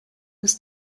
was